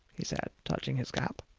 he said, touching his cap,